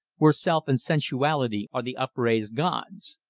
where self and sensuality are the upraised gods.